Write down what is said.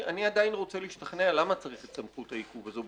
אני עדיין רוצה להשתכנע למה צריך את סמכות העיכוב הזה,